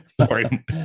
Sorry